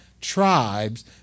tribes